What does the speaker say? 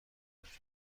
داشتم